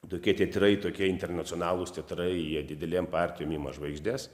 tokie teatrai tokie internacionalūs teatrai jie didelėm partijom ima žvaigždes